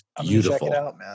beautiful